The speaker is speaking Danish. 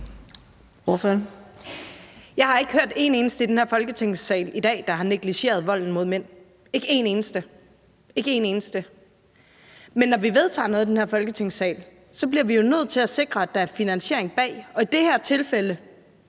Jeg har ikke hørt en eneste i den her sal i dag, der har negligeret vold mod mænd – ikke én eneste. Men når vi vedtager noget her i Folketingssalen, bliver vi jo nødt til at sikre, at der er finansiering bag. Og i det her tilfælde